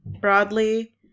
broadly